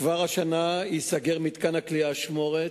כבר השנה ייסגר מתקן הכליאה "אשמורת"